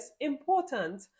important